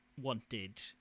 wanted